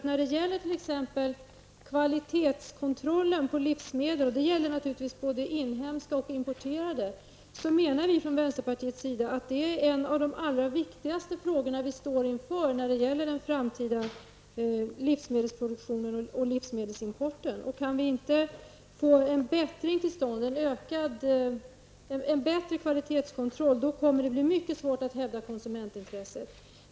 När det gäller kvalitetskontrollen av såväl inhemska som importerade livsmedel anser vi i vänsterpartiet att det är en av de allra viktigaste frågorna vi har att ta ställning till inför den framtida livsmedelsproduktionen och livsmedelsimporten. Om inte kvalitetskontrollen kan bli bättre, kommer det att bli mycket svårt att hävda konsumentintresset.